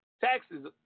taxes